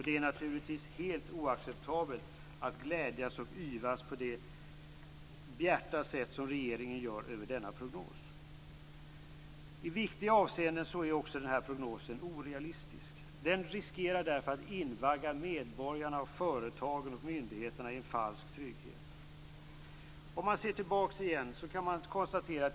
Det är helt oacceptabelt att glädjas och yvas på det bjärta sätt som regeringen gör över denna prognos. I viktiga avseenden är prognosen orealistisk. Den riskerar därför att invagga medborgarna, företagen och myndigheterna i en falsk trygghet.